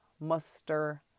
muster